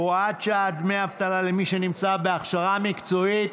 הוראת שעה) (דמי אבטלה למי שנמצא בהכשרה מקצועית)